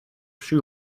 shoe